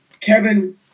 Kevin